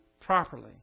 properly